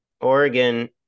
Oregon